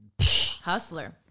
Hustler